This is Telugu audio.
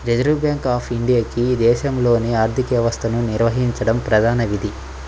రిజర్వ్ బ్యాంక్ ఆఫ్ ఇండియాకి దేశంలోని ఆర్థిక వ్యవస్థను నిర్వహించడం ప్రధాన విధి